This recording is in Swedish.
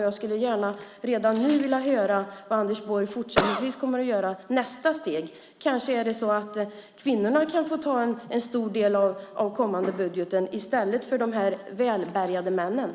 Jag skulle redan nu gärna vilja höra vad Anders Borg fortsättningsvis kommer att göra i nästa steg. Kanske kan kvinnorna, i stället för dessa välbärgade män, få ta en stor del av kommande budget.